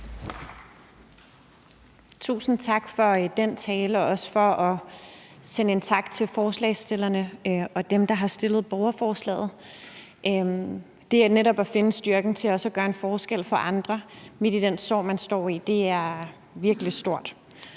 Tusind tak for den tale og også for at sende en tak til forslagsstillerne og dem, der har stillet borgerforslaget. Det med netop at finde styrken til også at gøre en forskel for andre midt i den sorg, man står i, er helt vildt stort.